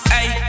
Hey